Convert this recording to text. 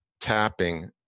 tapping